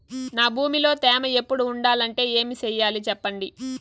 నా భూమిలో తేమ ఎప్పుడు ఉండాలంటే ఏమి సెయ్యాలి చెప్పండి?